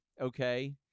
okay